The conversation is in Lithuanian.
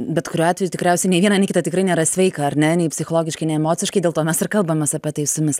bet kuriuo atveju tikriausiai nei viena nei kita tikrai nėra sveika ar ne nei psichologiškai nei emociškai dėl to mes ir kalbamės apie tai su jumis